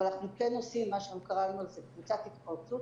אבל אנחנו עושים מה שקראנו לו קבוצת התפרצות.